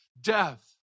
death